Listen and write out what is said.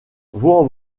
vaulx